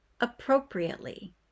appropriately